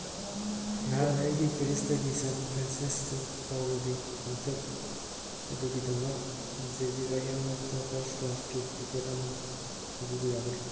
ꯅꯍꯥꯛꯅ ꯑꯩꯒꯤ ꯄꯦꯔꯤꯁꯇꯒꯤ ꯁꯦꯟ ꯐ꯭ꯔꯦꯟꯁꯤꯁꯀꯣ ꯐꯥꯎꯕꯒꯤ ꯈꯣꯡꯆꯠ ꯑꯗꯨꯒꯤꯗꯃꯛ ꯖꯖꯤꯔꯥ ꯏꯌꯥꯔꯋꯦꯖꯇ ꯐꯥꯔ꯭ꯁ ꯀ꯭ꯂꯥꯁꯀꯤ ꯇꯤꯀꯦꯠ ꯑꯃ ꯊꯤꯕꯤꯕ ꯌꯥꯒꯗ꯭ꯔꯥ